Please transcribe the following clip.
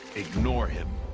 ignore him.